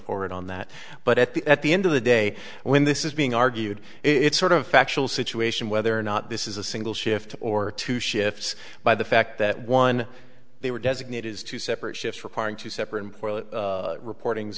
forward on that but at the at the end of the day when this is being argued it's sort of factual situation whether or not this is a single shift or two shifts by the fact that one they were designate is two separate shifts requiring two separate reporting